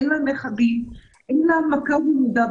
אין לה נכדים.